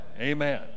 Amen